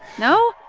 no?